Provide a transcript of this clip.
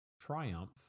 triumph